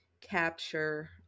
capture